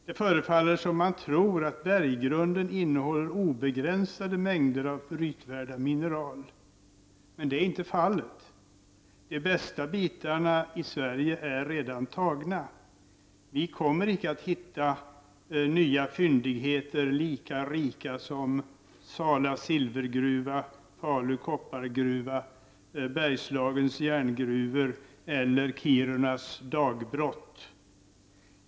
Det förefaller som om man tror att berggrunden innehåller obegränsade mängder av brytvärda mineral. Men så är inte fallet. De bästa bitarna i Sverige är redan tagna. Vi kommer inte att hitta nya fyndigheter som är lika rika som Sala silvergruva, Falu koppargruva, Bergslagens järngruvor eller Kirunas dagbrott.